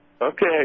Okay